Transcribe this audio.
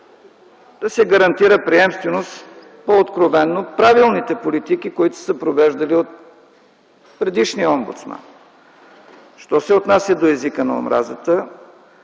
да се гарантира приемственост по откровено правилните политики, които са се провеждали от предишния омбудсман. Що се отнася до езика на омразата,